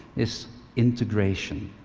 is integration.